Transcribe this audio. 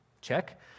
check